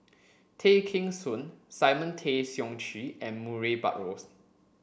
Tay Kheng Soon Simon Tay Seong Chee and Murray Buttrose